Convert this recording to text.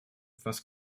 was